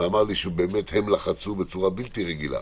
ואמר לי שבאמת הם לחצו בצורה בלתי רגילה